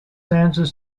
angeles